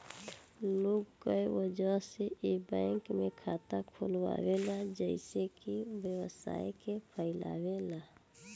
लोग कए वजह से ए बैंक में खाता खोलावेला जइसे कि व्यवसाय के फैलावे ला